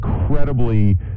incredibly